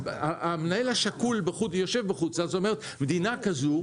המנהל השקול יושב בחו"ל ואומר: מדינה כזאת,